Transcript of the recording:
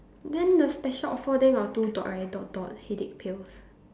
then the special offer there got two right dot dot headache pills